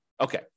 Okay